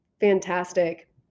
fantastic